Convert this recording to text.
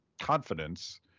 confidence